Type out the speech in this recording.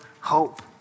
hope